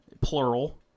plural